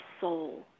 soul